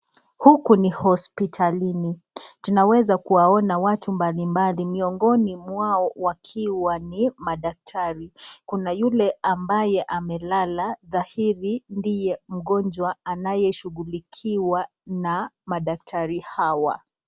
Huku ni hosiptalini, tunaweza kuwaona watu mbalimbali miongoni mwao wakiwa ni madaktari, kuna yule ambaye amelala dhahiri ndiye mgonjwa anayeshughulikiwa na madaktari hawa.